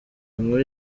nkuru